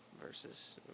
versus